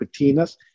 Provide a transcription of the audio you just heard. patinas